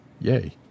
yay